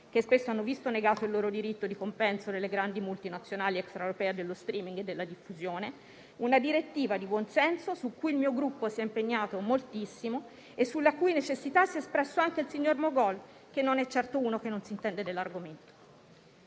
che spesso hanno visto negato il loro diritto di compenso nelle grandi multinazionali extraeuropee dello *streaming* e della diffusione. Si tratta di una direttiva di buon senso, su cui il mio Gruppo si è impegnato moltissimo e sulla cui necessità si è espresso anche il signor Mogol, che non è certo uno che non si intende dell'argomento.